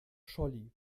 scholli